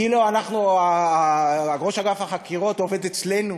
כאילו ראש אגף החקירות עובד אצלנו,